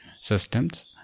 systems